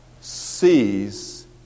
sees